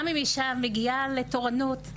גם אם אישה מגיעה לתורנות,